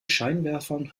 scheinwerfern